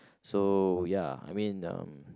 so ya I mean uh